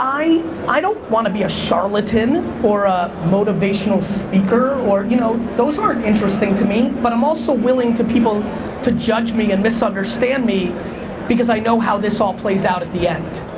i i don't want to be a charlatan or a motivational speaker you know those aren't interesting to me. but i'm also willing to people to judge me and misunderstand me because i know how this all plays out at the end.